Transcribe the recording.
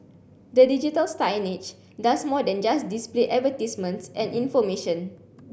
the digital signage does more than just display advertisements and information